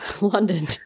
London